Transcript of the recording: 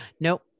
Nope